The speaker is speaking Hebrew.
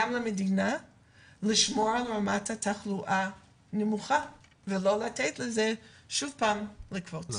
גם למדינה לשמור על רמת תחלואה נמוכה ולא לתת לזה שוב פעם לקרות.